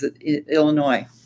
Illinois